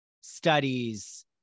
studies